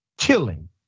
Killing